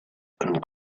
and